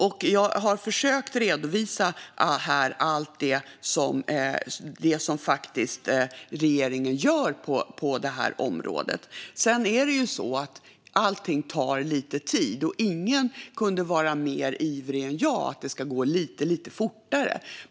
Jag har här försökt redovisa allt det som regeringen faktiskt gör på det här området. Sedan är det ju så att allt tar lite tid, och ingen kunde vara mer ivrig än jag att det ska gå lite, lite fortare.